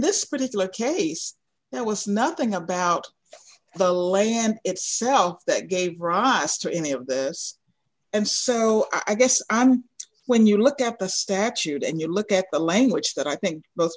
this particular case there was nothing about the land itself that gave rise to any of this and so i guess i'm when you look at the statute and you look at the language that i think both